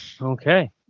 Okay